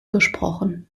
gesprochen